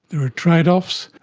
there are trade-offs,